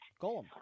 Golem